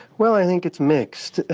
well, i think it's mixed.